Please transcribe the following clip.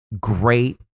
great